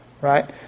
Right